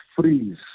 freeze